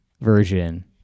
version